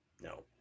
No